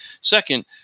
Second